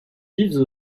vivent